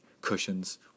Cushions